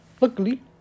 Luckily